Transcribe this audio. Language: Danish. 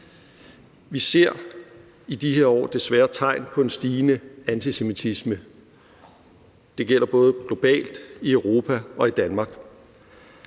Vi ser i de her år desværre tegn på en stigende antisemitisme – det gælder globalt, herunder i Europa og i Danmark.